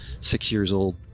six-years-old